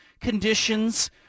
conditions